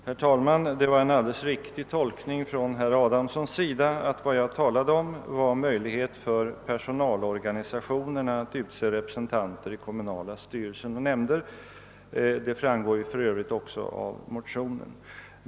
: Herr talman! Det var en alldeles riktig tolkning från herr Adamssons sida att vad jag talade om var en möjlighet för personalorganisationerna att utse representanter i kommunala styrelser och nämnder; det framgår ju för övrigt också av motionen.